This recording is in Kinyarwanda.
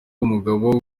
umugabo